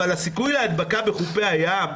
אבל סיכוי ההדבקה בחופי הים הוא,